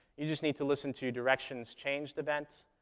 you just need to listen to directions changed event,